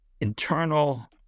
internal